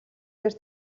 дээр